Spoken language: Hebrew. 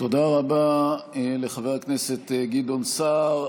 תודה רבה לחבר הכנסת גדעון סער.